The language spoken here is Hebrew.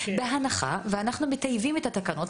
בהנחה שאנחנו מטייבים את התקנות,